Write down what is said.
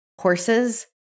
horses